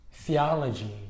theology